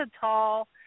tall